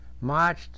marched